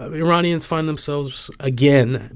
ah iranians find themselves, again,